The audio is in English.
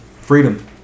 freedom